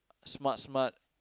smart smart